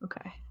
okay